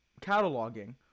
cataloging